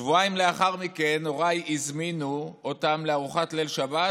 שבועיים לאחר מכן הוריי הזמינו אותם לארוחת ליל שבת,